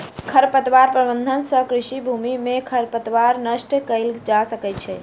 खरपतवार प्रबंधन सँ कृषि भूमि में खरपतवार नष्ट कएल जा सकै छै